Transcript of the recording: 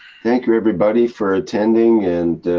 thank you everybody for attending and.